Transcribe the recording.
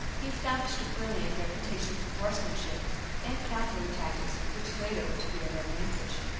he established a brilliant reputation for horsemanship and cavalry tactics which later were to be of advantage.